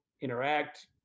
interact